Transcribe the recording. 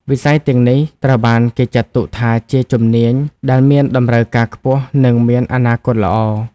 វិស័យទាំងនេះត្រូវបានគេចាត់ទុកថាជាជំនាញដែលមានតម្រូវការខ្ពស់និងមានអនាគតល្អ។